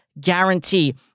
guarantee